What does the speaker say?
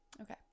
okay